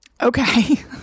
Okay